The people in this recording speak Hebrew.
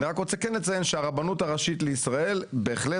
אני רק רוצה כן לציין שהרבנות הראשית לישראל בהחלט